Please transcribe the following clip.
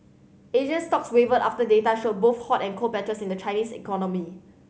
Asian stocks wavered after data showed both hot and cold patches in the Chinese economy